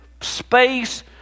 space